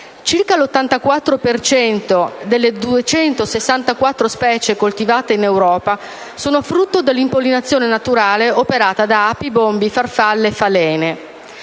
per cento delle 264 specie coltivate in Europa sono frutto dell'impollinazione naturale operata da api, bombi, farfalle e falene;